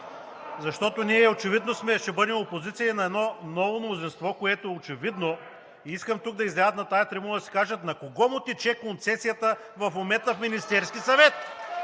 Защото очевидно ние ще бъдем опозиция на едно ново мнозинство, което е очевидно. Искам да излязат от тази трибуна и да си кажат на кого му тече концесията в момента в Министерския съвет!